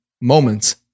moments